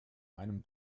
einem